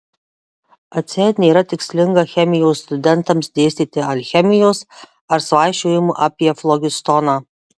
atseit nėra tikslinga chemijos studentams dėstyti alchemijos ar svaičiojimų apie flogistoną